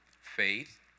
faith